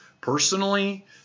personally